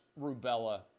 rubella